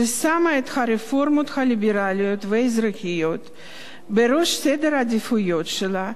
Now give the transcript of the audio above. ששמה את הרפורמות הליברליות והאזרחיות בראש סדר העדיפויות שלה,